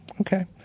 okay